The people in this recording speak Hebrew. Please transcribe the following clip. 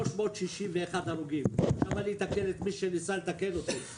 361 הרוגים, ואני אתקן את מי שניסה לתקן אותי.